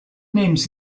names